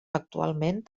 actualment